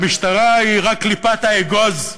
המשטרה היא רק קליפת האגוז,